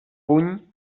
puny